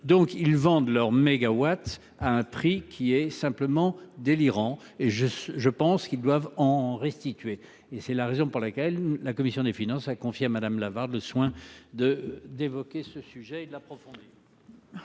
Donc ils vendent leur mégawatts à un prix qui est simplement délirant et je je pense qu'ils doivent en restituer et c'est la raison pour laquelle la commission des finances a confié à madame Lavarde soin de d'évoquer ce sujet de la profonde.